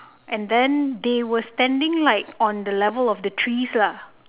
and then they where standing like on the level of the trees lah